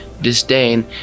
disdain